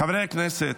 חברי הכנסת,